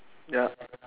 ya